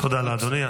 תודה לאדוני.